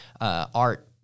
art